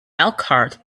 elkhart